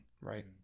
Right